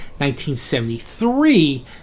1973